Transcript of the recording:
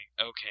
okay